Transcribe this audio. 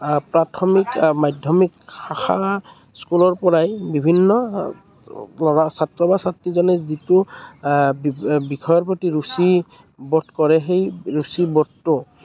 প্ৰাথমিক মাধ্যমিক শাখা স্কুলৰ পৰাই বিভিন্ন ল'ৰা ছাত্ৰ বা ছাত্ৰীজনে যিটো বি বিষয়ৰ প্ৰতি ৰুচিবোধ কৰে সেই ৰুচিবোধটো